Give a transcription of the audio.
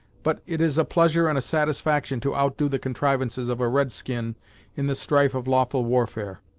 but it is a pleasure and a satisfaction to outdo the contrivances of a red-skin in the strife of lawful warfare.